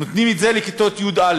נותנים את זה לכיתות י"א,